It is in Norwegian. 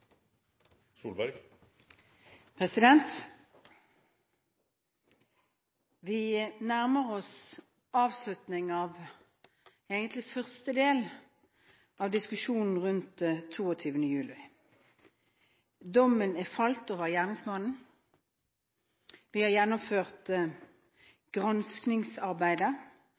landet. Vi nærmer oss avslutningen av egentlig første del av diskusjonen rundt 22. juli. Dommen er falt over gjerningsmannen, vi har gjennomført granskningsarbeidet,